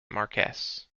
marquess